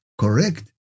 correct